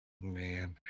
man